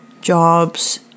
jobs